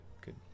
good